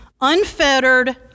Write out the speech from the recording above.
unfettered